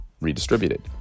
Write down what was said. redistributed